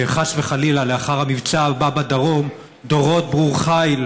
שחס וחלילה לאחר המבצע הבא בדרום, דורות וברור חיל